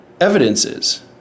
evidences